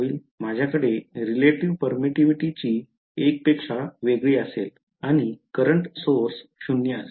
माझ्याकडे relative permittivity हि १ पेक्षा वेगळी असेल आणि current source 0 असेल